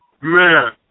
Man